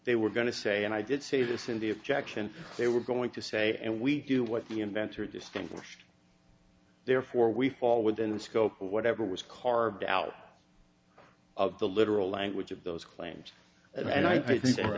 they were going to say and i did say this in the objection they were going to say and we do what the inventor distinguished therefore we fall within the scope of whatever was carved out of the literal language of those claims and i